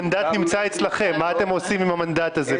המנדט נמצא אצלכם, מה אתם עושים עם המנדט הזה?